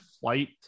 flight